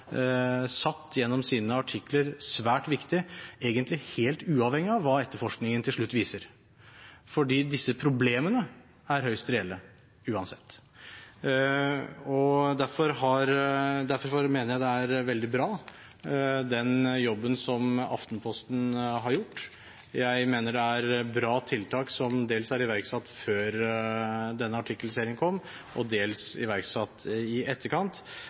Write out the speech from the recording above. satt gjennom sine artikler, svært viktig, egentlig helt uavhengig av hva etterforskningen til slutt viser, fordi disse problemene er høyst reelle uansett. Derfor mener jeg det er veldig bra med den jobben som Aftenposten har gjort. Jeg mener det er bra tiltak som dels er iverksatt før denne artikkelserien kom, og dels iverksatt i etterkant.